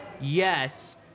Yes